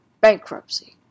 bankruptcy